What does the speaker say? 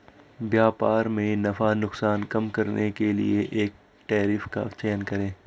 व्यापार में नफा नुकसान कम करने के लिए कर टैरिफ का चयन करे